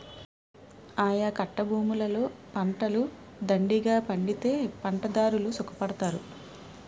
ఆయకట్టభూములలో పంటలు దండిగా పండితే పంటదారుడు సుఖపడతారు